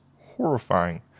horrifying